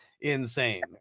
insane